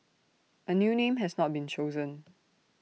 A new name has not been chosen